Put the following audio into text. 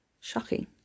Shocking